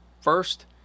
First